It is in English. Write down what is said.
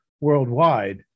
worldwide